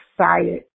excited